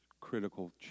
critical